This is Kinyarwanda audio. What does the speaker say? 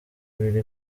ibiri